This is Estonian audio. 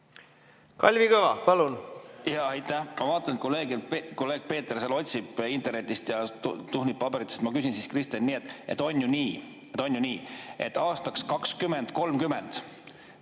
Kalvi Kõva, palun! Aitäh! Ma vaatan, et kolleeg Peeter seal otsib internetist ja tuhnib paberites. Ma küsin siis, Kristen, nii: on ju nii, et aastaks 2030